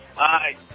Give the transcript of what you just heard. Hi